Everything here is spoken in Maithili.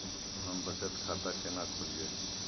हम बचत खाता केना खोलइयै?